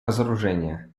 разоружения